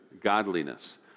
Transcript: godliness